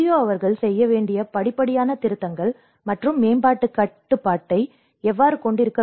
அவர்கள் செய்ய வேண்டிய படிப்படியான திருத்தங்கள் மற்றும் மேம்பாட்டுக் கட்டுப்பாட்டை எவ்வாறு கொண்டிருக்க வேண்டும்